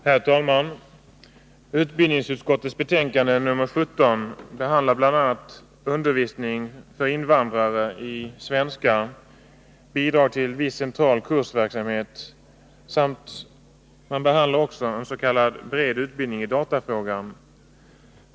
Herr talman! Utbildningsutskottets betänkande nr 17 behandlar bl.a. undervisning för invandrare i svenska och bidrag till viss central kursverksamhet. Betänkandet behandlar också en s.k. bred utbildning i datafrågan.